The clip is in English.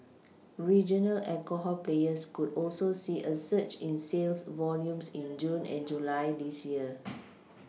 regional alcohol players could also see a surge in sales volumes in June and July this year